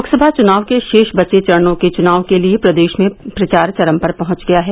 लोकसभा चुनाव के शेष बचे चरणों के चुनाव के लिये प्रदेश में प्रचार चरम पर पहुंच गया है